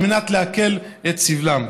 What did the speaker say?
על מנת להקל את סבלם.